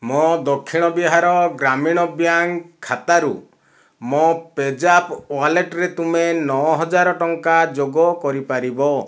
ମୋ ଦକ୍ଷିଣ ବିହାର ଗ୍ରାମୀଣ ବ୍ୟାଙ୍କ୍ ଖାତାରୁ ମୋ ପେଜାପ୍ ୱାଲେଟରେ ତୁମେ ନଅ ହଜାର ଟଙ୍କା ଯୋଗ କରିପାରିବ